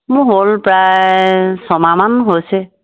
মোৰ হ'ল প্ৰায় ছমাহমান হৈছে